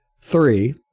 three